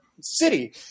city